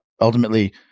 ultimately